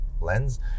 lens